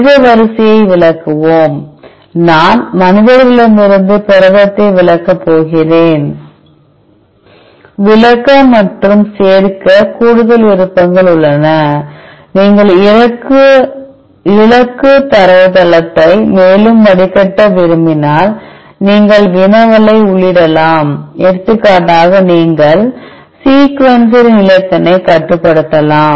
மனித வரிசையை விலக்குவோம் நான் மனிதர்களிடமிருந்து புரதத்தை விலக்கப் போகிறேன் விலக்க மற்றும் சேர்க்க கூடுதல் விருப்பங்கள் உள்ளன நீங்கள் இலக்கு தரவுத்தளத்தை மேலும் வடிகட்ட விரும்பினால் நீங்கள் வினவலை உள்ளிடலாம் எடுத்துக்காட்டாக நீங்கள் சீக்வென்சரின் நீளத்தினை கட்டுப்படுத்தலாம்